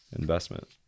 investment